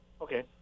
Okay